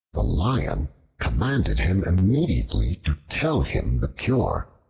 the lion commanded him immediately to tell him the cure,